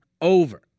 over